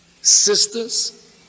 sisters